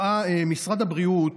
משרד הבריאות